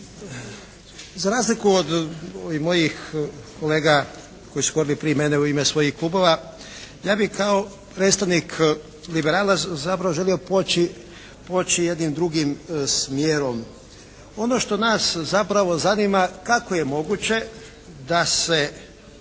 Za razliku od ovih mojih kolega koji su govorili prije mene u ime svojih klubova, ja bih kao predstavnik liberala zapravo želio poći jednim drugim smjerom. Ono što nas zapravo zanima, kako je moguće da se